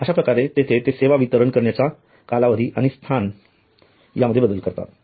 अश्याप्रकारे येथे ते सेवा वितरण करण्याचा कालावधी आणि स्थान यामध्ये बदल करतात